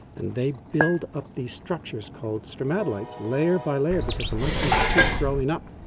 and they built up these structures called stromatolites layer by layer because the microbes keep growing up.